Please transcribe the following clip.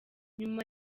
nyuma